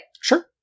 Sure